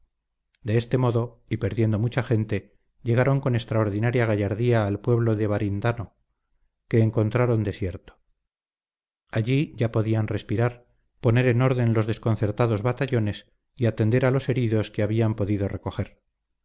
de este modo y perdiendo mucha gente llegaron con extraordinaria gallardía al pueblo de barindano que encontraron desierto allí ya podían respirar poner en orden los desconcertados batallones y atender a los heridos que habían podido recoger